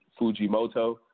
Fujimoto